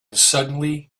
suddenly